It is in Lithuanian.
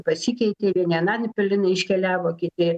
pasikeitė vieni ananpilin iškeliavo kiti